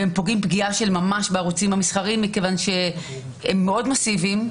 הם פוגעים פגיעה של ממש בערוצים המסחריים מכיוון שהם מאוד מאסיביים.